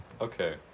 Okay